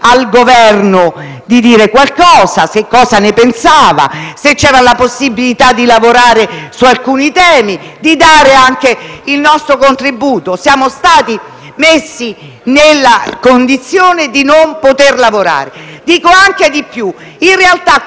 Governo di dire qualcosa, che cosa ne pensasse, se c'era la possibilità di lavorare su alcuni temi e di dare anche il nostro contributo. Siamo stati messi nella condizione di non poter lavorare. Dico anche di più. In realtà,